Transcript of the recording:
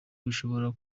bishobora